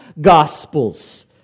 gospels